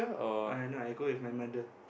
uh no I go with my mother